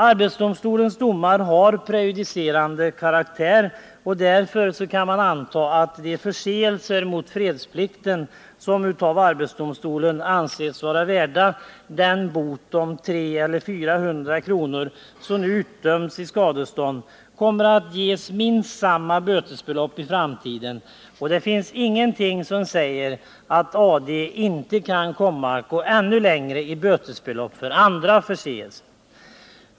Arbetsdomstolens domar har prejudicerande karaktär, och därför kan man anta att de förseelser mot fredsplikten som av AD ansetts vara värda den bot om 300 eller 400 kr. som nu utdömts i skadestånd kommer att ges minst samma bötesbelopp i framtiden. Och det finns ingenting som säger att AD inte kan komma att gå ännu längre när det gäller bötesbelopp för andra förseelser.